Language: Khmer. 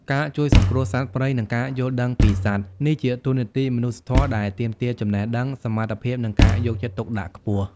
ការជួយសង្គ្រោះសត្វព្រៃ និងការយល់ដឹងពីសត្វ នេះជាតួនាទីមនុស្សធម៌ដែលទាមទារចំណេះដឹង សមត្ថភាព និងការយកចិត្តទុកដាក់ខ្ពស់។